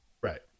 Right